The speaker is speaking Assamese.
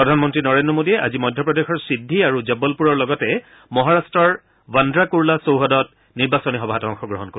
প্ৰধানমন্ত্ৰী নৰেন্দ্ৰ মোদীয়ে আজি মধ্য প্ৰদেশৰ সিদ্ধি আৰু জবলপুৰৰ লগতে মহাৰট্টৰ বাদ্ৰা কুৰ্লা চৌহদত নিৰ্বাচনী সভাত অংশগ্ৰহণ কৰিব